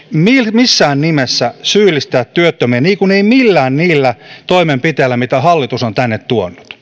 missään nimessä syyllistää työttömiä niin kuin ei millään niillä toimenpiteillä mitä hallitus on tänne tuonut